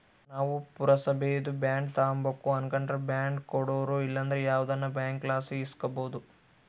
ನಾವು ಪುರಸಬೇದು ಬಾಂಡ್ ತಾಂಬಕು ಅನಕಂಡ್ರ ಬಾಂಡ್ ಕೊಡೋರು ಇಲ್ಲಂದ್ರ ಯಾವ್ದನ ಬ್ಯಾಂಕ್ಲಾಸಿ ಇಸ್ಕಬೋದು